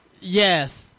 Yes